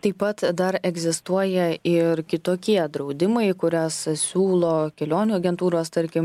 taip pat dar egzistuoja ir kitokie draudimai kurias siūlo kelionių agentūros tarkim